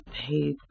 paid